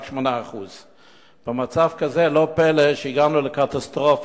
רק 8%. במצב כזה לא פלא שהגענו לקטסטרופה,